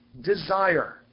desire